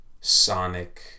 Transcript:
sonic